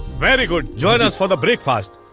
very good. join us for the breakfast.